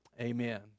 amen